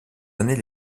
années